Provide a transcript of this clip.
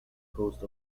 coast